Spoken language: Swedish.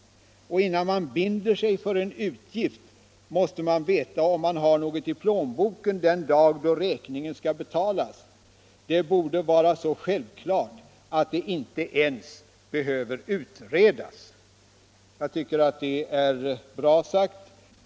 Och innan man binder sig för en utgift måste man veta om man har något i plånboken den dag då räkningen ska betalas. Det borde vara så självklart att det inte ens behöver utredas.” Jag tycker att det är bra sagt.